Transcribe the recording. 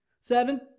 Seven